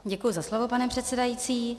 Děkuji za slovo, pane předsedající.